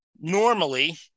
normally